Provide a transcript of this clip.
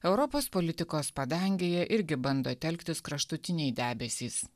europos politikos padangėje irgi bando telktis kraštutiniai debesys